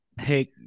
Hey